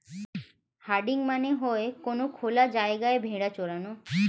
herding মানে হয়ে কোনো খোলা জায়গায় ভেড়া চরানো